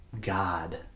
God